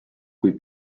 kui